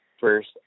first